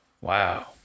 Wow